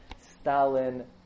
Stalin